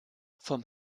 vom